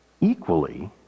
equally